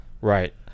Right